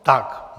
Tak.